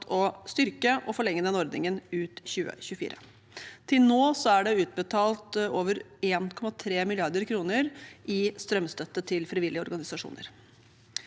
å styrke og forlenge den ordningen ut 2024. Til nå er det utbetalt over 1,3 mrd. kr i strømstøtte til frivillige organisasjoner.